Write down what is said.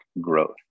growth